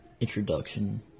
introduction